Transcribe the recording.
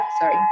sorry